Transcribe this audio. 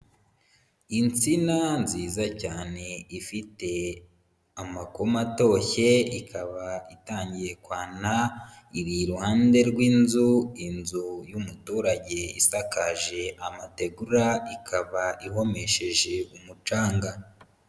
Insina nziza cyane ifite amakoma atoshye, ikaba itangiye kwana, iri iruhande rw'inzu, inzu y'umuturage isakaje amategura, ikaba ihomesheje umucanga.